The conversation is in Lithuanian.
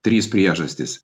trys priežastis